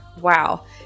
wow